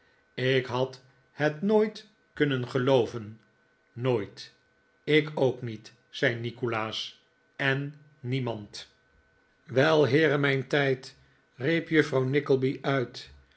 ik had het nooit kunnen gelooven nooit ik ook niet zei nikolaas en niemand wel heere mijn tijd riep juffrouw nickleby uit